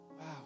wow